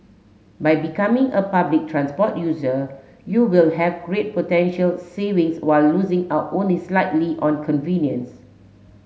by becoming a public transport user you will have great potential savings while losing out only slightly on convenience